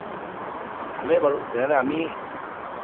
অ' হয় ভালে বাৰু তেনেহ'লে আমি হয়